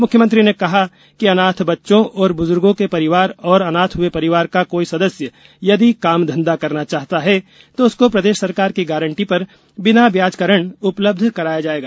मुख्यमंत्री ने कहा कि अनाथ बच्चों और बुजुर्गों के परिवार और अनाथ हुए परिवार का कोई सदस्य यदि काम धंधा करना चाहता है तो उसको प्रदेश सरकार की गारंटी पर बिना ब्याज का ऋण उपलब्ध कराया जाएगा